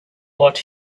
what